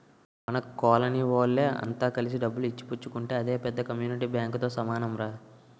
మన కోలనీ వోళ్ళె అంత కలిసి డబ్బులు ఇచ్చి పుచ్చుకుంటే అదే పెద్ద కమ్యూనిటీ బాంకుతో సమానంరా